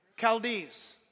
Chaldees